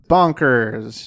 Bonkers